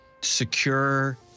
secure